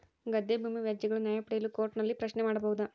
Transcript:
ಗದ್ದೆ ಭೂಮಿ ವ್ಯಾಜ್ಯಗಳ ನ್ಯಾಯ ಪಡೆಯಲು ಕೋರ್ಟ್ ನಲ್ಲಿ ಪ್ರಶ್ನೆ ಮಾಡಬಹುದಾ?